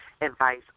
advice